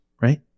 right